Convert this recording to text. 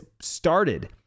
started